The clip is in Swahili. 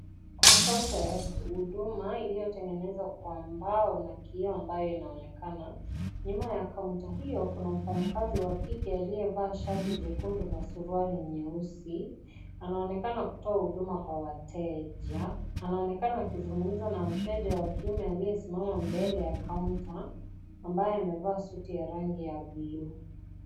Kuna [cs ] counter ya huduma iliyotengenezwa kwa mbao na kioo ambayo inaonekana. Nyuma ya counter hiyo kuna mfanyakazi wa kike aliyevaa shati jekundu na suruali nyeusi anaonekana kutoa huduma kwa wateja anaonekana akizungumza na mteja wa kiume aliyesimama mbele ya counter ambaye amevaa suti ya rangi ya blue .